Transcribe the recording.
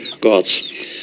gods